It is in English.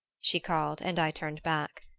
she called and i turned back.